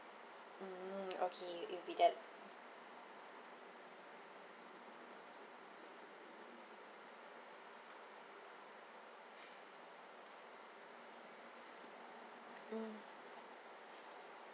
mm okay it will be that mm